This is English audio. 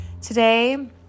Today